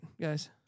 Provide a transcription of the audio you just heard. guys